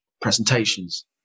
presentations